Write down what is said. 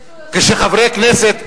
זה שהוא יושב פה זה כבר כבוד גדול בשבילך,